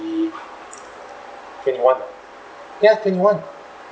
twenty-one uh ya twenty-one